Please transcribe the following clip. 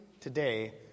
today